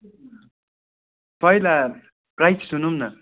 पहिला प्राइस सुनौँ न